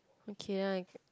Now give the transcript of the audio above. okay then I